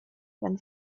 when